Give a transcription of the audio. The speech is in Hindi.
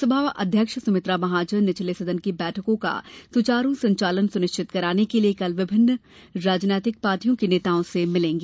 लोकसभा अध्यक्ष सुमित्रा महाजन निचले सदन की बैठकों का सुचारू संचालन सुनिश्चित करने के लिए कल विभिन्न राजनीतिक पार्टियों के नेताओं से मिलेंगी